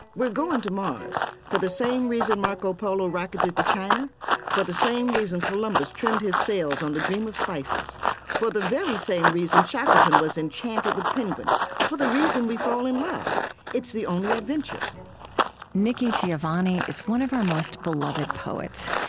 we're going to mars for the same reason marco polo rocketed to china for the same reason columbus trimmed his sails on a dream of spices for the very same reason shakelton was enchanted with penguins for the reason we fall in love it's the only adventure nikki giovanni is one of our most beloved poets,